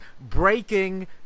breaking